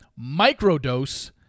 Microdose